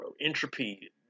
Entropy